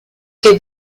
che